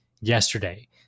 yesterday